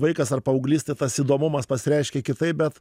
vaikas ar paauglys tai tas įdomumas pasireiškia kitaip bet